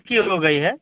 क्यों हो गई है